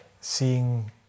seeing